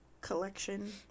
collection